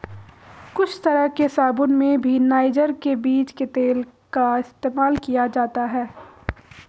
कुछ तरह के साबून में भी नाइजर के बीज के तेल का इस्तेमाल किया जाता है